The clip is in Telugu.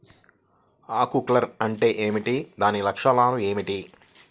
ఆకు కర్ల్ అంటే ఏమిటి? దాని లక్షణాలు ఏమిటి?